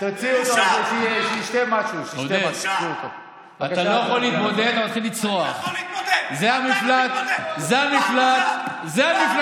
אנשים רעבים ללחם, הכסף לא מגיע, ואתה מספר